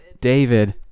David